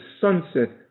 sunset